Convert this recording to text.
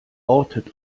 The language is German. ortet